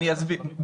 אני אסביר.